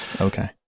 okay